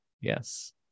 Yes